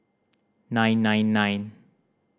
nine nine nine